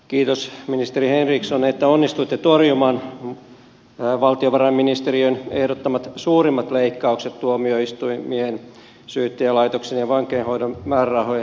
kiitos ministeri henriksson että onnistuitte torjumaan valtiovarainministeriön ehdottamat suurimmat leikkaukset tuomioistuimien syyttäjälaitoksen ja vankeinhoidon määrärahoihin